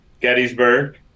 Gettysburg